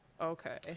okay